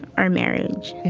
our marriage.